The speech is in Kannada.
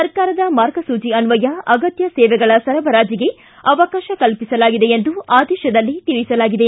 ಸರ್ಕಾರದ ಮಾರ್ಗಸೂಚಿ ಅನ್ವಯ ಅಗತ್ತ ಸೇವೆಗಳ ಸರಬರಾಜಿಗೆ ಅವಕಾಶ ಕಲ್ಪಿಸಲಾಗಿದೆ ಎಂದು ಆದೇಶದಲ್ಲಿ ತಿಳಿಸಲಾಗಿದೆ